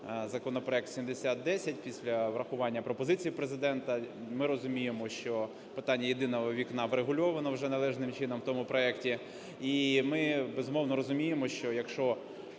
законопроект 7010 після врахування пропозицій Президента. Ми розуміємо що питання "єдиного вікна" вже врегульовано вже належним чином у тому проекті. І ми, безумовно, розуміємо, що якщо